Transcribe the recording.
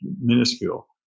minuscule